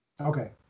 Okay